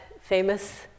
famous